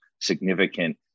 significant